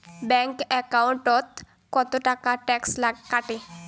Bank একাউন্টত কতো টাকা ট্যাক্স কাটে?